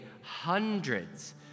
hundreds